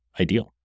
ideal